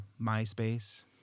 MySpace